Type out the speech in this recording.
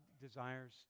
desires